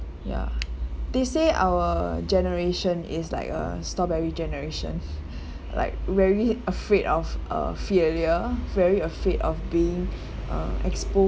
ya they say our generation is like a strawberry generation like very afraid of uh failure very afraid of being uh exposed